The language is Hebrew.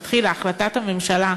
כשהחלטת הממשלה,